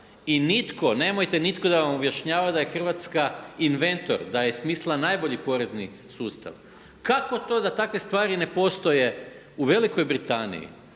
I nitko, nemojte nitko da vam objašnjava da je Hrvatska inventor, da je smislila najbolji porezni sustav. Kako to da takve stvari ne postoje u Velikoj Britaniji,